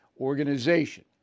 organization